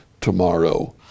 tomorrow